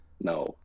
No